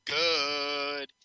good